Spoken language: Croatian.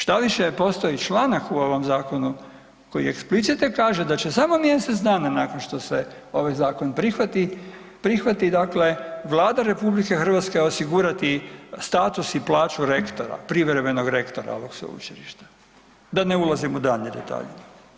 Štaviše postoji članak u ovom zakonu koji eksplicite kaže da će samo mjesec dana nakon što se ovaj zakon prihvati Vlada RH osigurati status i plaću rektora, privremenog rektora ovog sveučilišta, da ne ulazim u daljnje detalje.